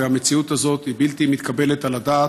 והמציאות הזאת היא בלתי מתקבלת על הדעת,